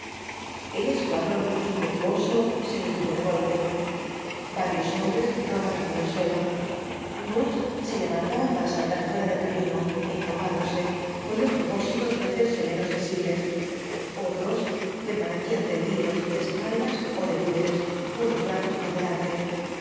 el escuadrón impetuoso se detuvo de golpe varios hombres rodaron por el suelo unos se levantaban para saltar fuera del camino encorvándose con el propósito de hacerse menos visibles otros permanecían tendidos de espaldas ó de bruces con los brazos por delante